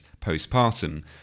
postpartum